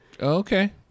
Okay